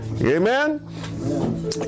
Amen